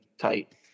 tight